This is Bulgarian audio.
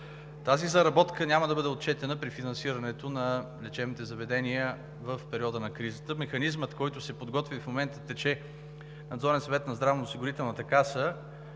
Тази заработка няма да бъде отчетена при финансирането на лечебните заведения в периода на кризата. Механизмът, който се подготвя и в момента тече Надзорен съвет на Здравноосигурителната каса,